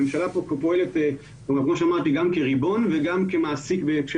הממשלה כאן פועלת גם כריבון וגם כמעסיק.